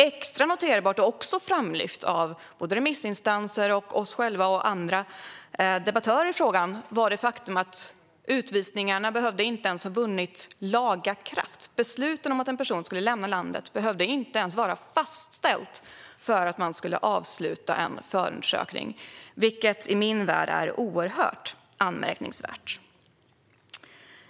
Extra noterbart, också framlyft av både remissinstanser, oss själva och andra debattörer i frågan, var det faktum att utvisningarna inte ens behövde ha vunnit laga kraft. Beslut om att en person skulle lämna landet behövde inte ens vara fastställt för att man skulle avsluta en förundersökning, vilket i min värld är oerhört anmärkningsvärt.